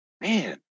man